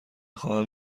خواهم